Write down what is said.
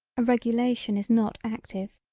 a regulation is not active.